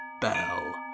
bell